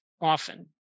often